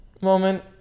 moment